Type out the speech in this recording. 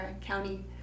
County